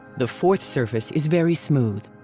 the fourth surface is very smooth.